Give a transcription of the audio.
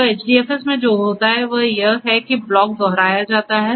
तो HDFS में जो होता है वह यह है कि ब्लॉक दोहराया जाता है